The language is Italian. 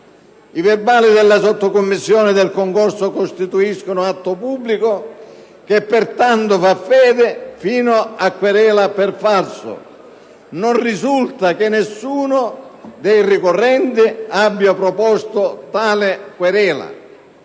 I verbali della sottocommissione del concorso costituiscono atto pubblico che, pertanto, fa fede fino a querela per falso. Non risulta che nessuno dei ricorrenti abbia proposto tale querela.